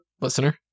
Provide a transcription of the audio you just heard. listener